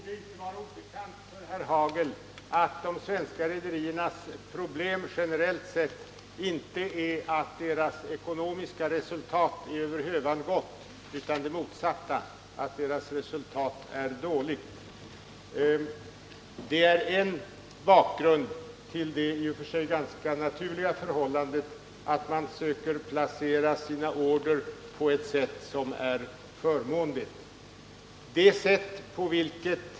Herr talman! Det borde inte vara obekant för herr Hagel att de svenska rederiernas problem generellt sett inte är att deras ekonomiska resultat är över hövan gott utan det motsatta, att deras resultat är dåligt. Det är en bakgrund till det i och för sig ganska naturliga förhållandet att man försöker placera sina order på ett sätt som är förmånligt.